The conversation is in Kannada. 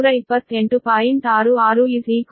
660